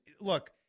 look